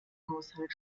haushalt